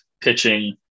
pitching